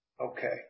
Okay